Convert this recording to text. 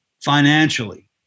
financially